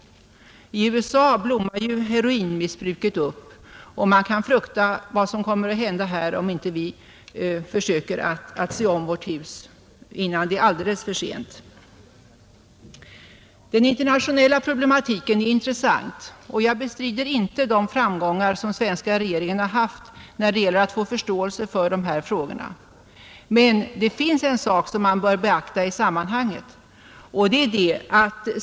I USA blommar heroinmissbruket upp, och man kan frukta vad som kommer att hända här om vi inte försöker se om vårt hus innan det är alldeles för sent. Den internationella problematiken är intressant, och jag bestrider inte de framgångar den svenska regeringen haft när det gäller att få förståelse för dessa frågor. Men det finns en sak som man bör beakta i sammanhanget.